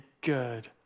good